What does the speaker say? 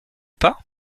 pas